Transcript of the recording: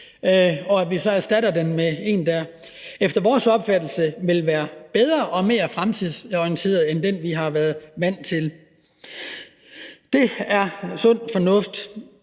og at vi så erstatter den med en, der efter vores opfattelse vil være bedre og mere fremtidsorienteret end den, vi har været vant til. Det er sund fornuft.